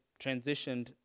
transitioned